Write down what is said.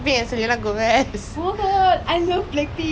uh I kind of like charlie lah but